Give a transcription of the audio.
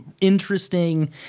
interesting